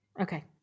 Okay